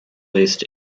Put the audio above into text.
list